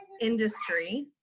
industry